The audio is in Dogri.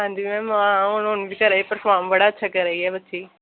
हां जी मैम हां हून हून बी करै दी परफार्म बड़ा अच्छा करै दी ऐ बच्ची